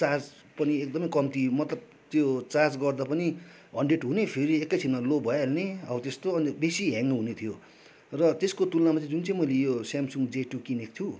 charge पनि एकदमै कम्ती मतलब त्यो चार्ज गर्दा पनि हन्ड्रेड हुने फेरि एकैछिनमा लो भइहाल्ने अब त्यस्तो अन्त बेसी ह्याङ हुने थियो र त्यसको तुलनामा चाहिँ जुन चाहिँ मैले यो स्यामसङ जे टु किनेको छु